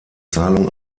zahlung